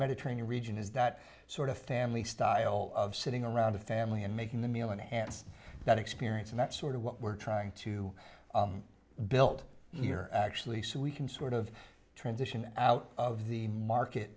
mediterranean region is that sort of family style of sitting around the family and making the meal enhanced that experience and that sort of what we're trying to build here actually so we can sort of transition out of the market